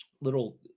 little